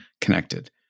connected